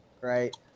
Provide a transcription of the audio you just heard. right